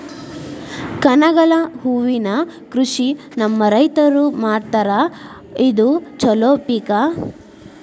ಕನಗಲ ಹೂವಿನ ಕೃಷಿ ನಮ್ಮ ರೈತರು ಮಾಡತಾರ ಇದು ಚಲೋ ಪಿಕ